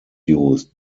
used